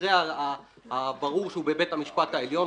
המקרה הברור שהוא בבית המשפט העליון,